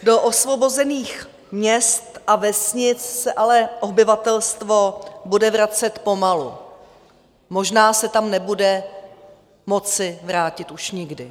Do osvobozených měst a vesnic se ale obyvatelstvo bude vracet pomalu, možná se tam nebude moci vrátit už nikdy.